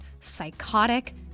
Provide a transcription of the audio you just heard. psychotic